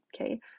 okay